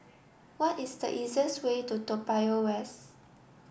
what is the easiest way to Toa Payoh West